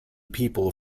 people